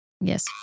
Yes